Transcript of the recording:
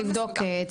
לבדוק,